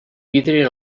vidre